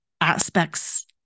aspects